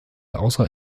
außer